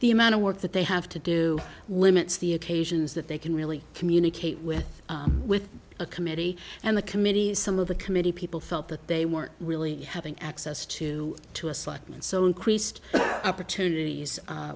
the amount of work that they have to do limits the occasions that they can really communicate with with a committee and the committees some of the committee people felt that they weren't really having access to to a slot and so increased opportunities